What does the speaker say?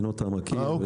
מעיינות העמקים,